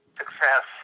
success